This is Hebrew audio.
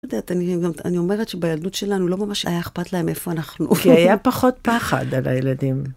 את יודעת, אני אומרת שבילדות שלנו לא ממש היה אכפת להם איפה אנחנו, כי היה פחות פחד על הילדים.